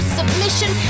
submission